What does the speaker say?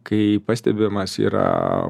kai pastebimas yra